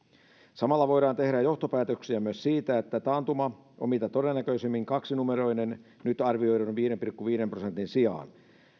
samalla voidaan tehdä johtopäätöksiä myös siitä että taantuma on mitä todennäköisimmin kaksinumeroinen nyt arvioidun viiden pilkku viiden prosentin sijaan